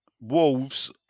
Wolves